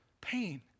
pain